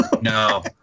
No